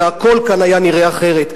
והכול כאן היה נראה אחרת.